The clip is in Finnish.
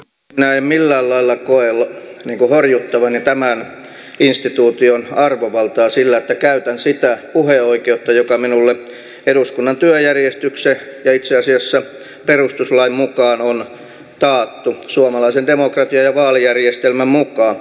minä en millään lailla koe horjuttavani tämän instituution arvovaltaa sillä että käytän sitä puheoikeutta joka minulle eduskunnan työjärjestyksen ja itse asiassa perustuslain mukaan on taattu suomalaisen demokratian ja vaalijärjestelmän mukaan